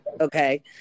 Okay